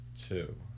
Two